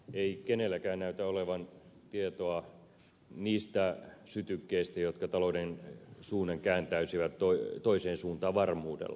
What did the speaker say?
ei kenelläkään näytä olevan tietoa niistä sytykkeistä jotka talouden suunnan kääntäisivät toiseen suuntaan varmuudella